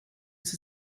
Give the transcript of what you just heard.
sie